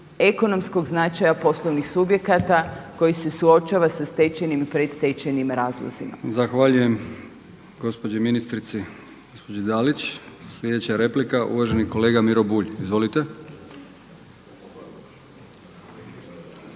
ekonomskog značaja poslovnih subjekata koji se suočava sa stečajnim i predstečajnim razlozima.